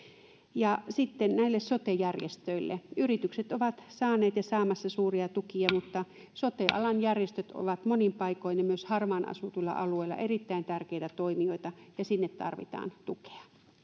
ja sitten on näille sote järjestöille yritykset ovat saaneet ja saamassa suuria tukia mutta sote alan järjestöt ovat monin paikoin ja myös harvaan asutuilla alueilla erittäin tärkeitä toimijoita ja sinne tarvitaan tukea